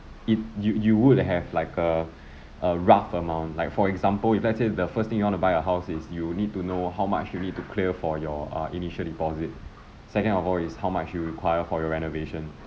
if you you would have like a a rough amount like for example if let's say the first thing you want to buy a house is you need to know how much you need to clear for your uh initial deposit second of all it's how much you require for your renovation